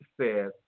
says